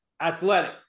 Athletic